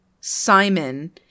Simon